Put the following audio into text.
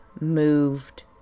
moved